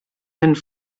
and